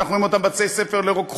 ואנחנו רואים אותם בבתי-ספר לרוקחות,